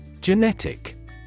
Genetic